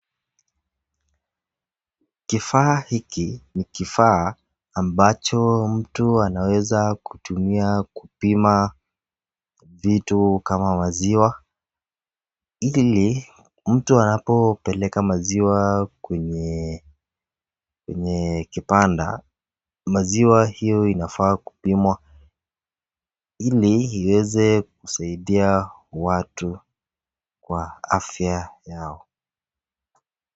Kifaa hiki, nikifaa ambacho mtu anaweza kutumia kupima vitu kama maziwa, ili mtu anapopeleka maziwa kwenye kibanda. Maziwa hiyo inafakupimwa iliiweze kusaidia watu kwa afya yao.